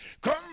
Come